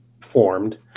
formed